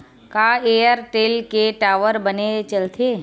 का एयरटेल के टावर बने चलथे?